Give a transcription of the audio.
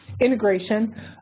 integration